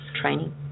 training